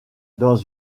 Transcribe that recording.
dans